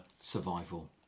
survival